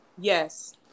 Yes